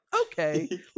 okay